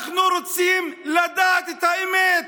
אנחנו רוצים לדעת את האמת.